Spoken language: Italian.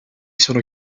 sono